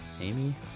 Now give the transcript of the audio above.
Amy